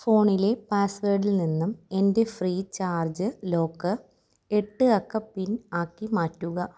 ഫോണിലെ പാസ്വേർഡിൽ നിന്നും എന്റെ ഫ്രീചാർജ് ലോക്ക് എട്ട് അക്ക പിൻ ആക്കി മാറ്റുക